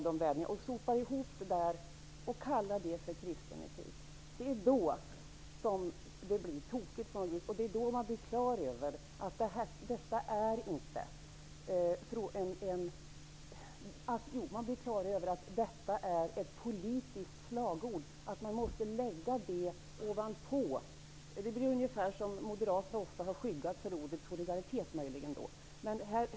Det är då man blir på det klara med att detta är ett politiskt slagord, när det måste läggas ovanpå. Det är ungefär som att Moderaterna ofta har skyggat för ordet solidaritet.